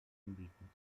anbieten